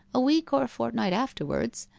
a week or fortnight afterwards,